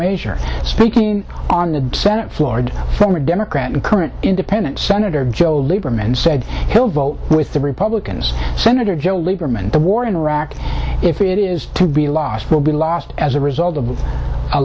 measure speaking on the senate floor former democrat and current independent senator joe lieberman said he'll vote with the republicans senator joe lieberman the war in iraq if it is to be lost will be lost as a result of